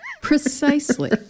Precisely